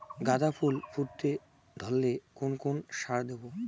গাদা ফুল ফুটতে ধরলে কোন কোন সার দেব?